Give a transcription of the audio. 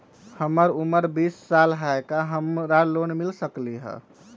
हमर उमर बीस साल हाय का हमरा लोन मिल सकली ह?